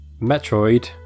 metroid